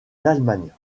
l’allemagne